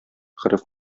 гореф